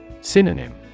Synonym